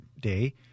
day